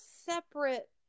separate